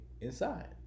inside